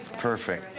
perfect.